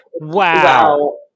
wow